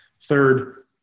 Third